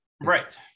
Right